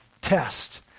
test